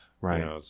Right